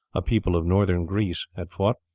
a people of northern greece, had fought,